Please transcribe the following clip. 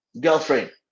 girlfriend